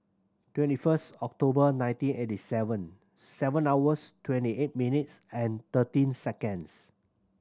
twenty first October nineteen eighty seven seven hours twenty eight minutes and thirteen seconds